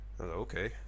okay